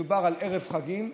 מדובר על ערב חגים.